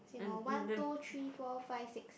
same lor one two three four five six